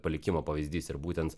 palikimo pavyzdys ir būtent